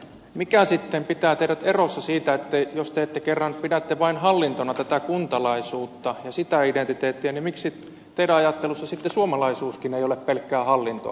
mikä sitten pitää tehdä pohdiskelun siitä että jos te kerran pidätte vain hallintona tätä kuntalaisuutta ja sitä identiteettiä niin miksi teidän ajattelussanne sitten suomalaisuuskin ei ole pelkkää hallintoa